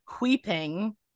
weeping